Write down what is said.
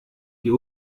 die